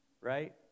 right